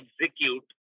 execute